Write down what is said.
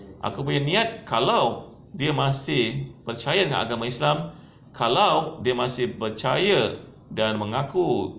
aku punya niat kalau dia masih percaya dengan agama islam kalau dia masih percaya dan mengaku